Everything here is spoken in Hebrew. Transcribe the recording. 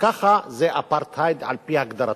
ככה זה אפרטהייד, על-פי הגדרתו.